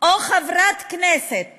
או חברת כנסת